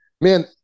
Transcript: man